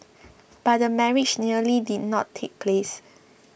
but the marriage nearly did not take place